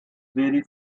very